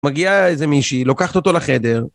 מגיע איזה מישהי, לוקחת אותו לחדר.